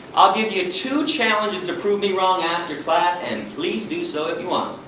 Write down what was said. i'll give you two challenges to prove me wrong after class and please do so if you want.